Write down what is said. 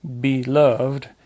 Beloved